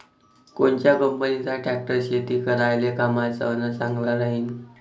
कोनच्या कंपनीचा ट्रॅक्टर शेती करायले कामाचे अन चांगला राहीनं?